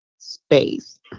space